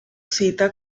cita